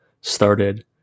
started